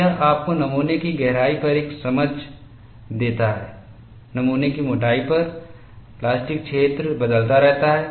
तो यह आपको नमूने की गहराई पर एक समझ देता है नमूने की मोटाई पर प्लास्टिक क्षेत्र बदलता रहता है